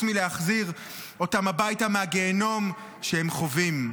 מלהחזיר אותם הביתה מהגיהינום שהם חווים.